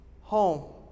home